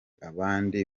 abandi